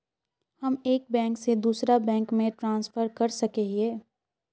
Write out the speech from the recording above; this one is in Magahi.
हम एक बैंक से दूसरा बैंक में ट्रांसफर कर सके हिये?